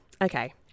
okay